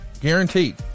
guaranteed